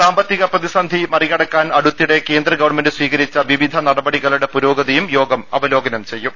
സാമ്പത്തിക പ്രതിസന്ധി മറികടക്കാൻ അടുത്തിടെ കേന്ദ്ര ഗവൺമെന്റ് സ്വീകരിച്ച വിവിധ നട്ടപടികളുടെ പുരോഗതിയും യോഗം അവലോകനം ചെയ്യും